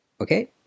Okay